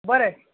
बरें